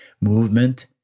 movement